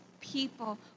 people